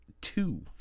two